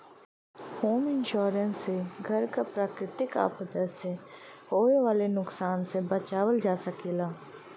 home insurance से घर क प्राकृतिक आपदा से होये वाले नुकसान से बचावल जा सकला